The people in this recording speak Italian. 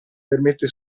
permette